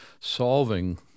solving